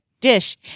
dish